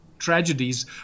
tragedies